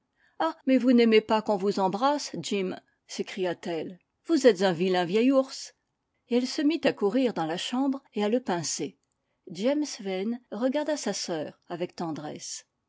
ah mais vous n'aimez pas qu'on vous embrasse jim s'écria-t-elle vous êtes un vilain vieil ours et elle se mit à courir dans la chambre et à le pincer james vane regarda sa sœur avec tendresse